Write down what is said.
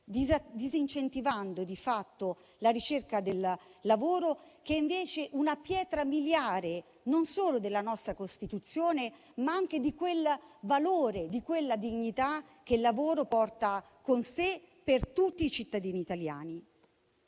disincentivando di fatto la ricerca del lavoro, che è invece una pietra miliare non solo della nostra Costituzione, ma anche di quel valore, di quella dignità che il lavoro porta con sé per tutti i cittadini italiani.